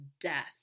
death